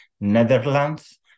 Netherlands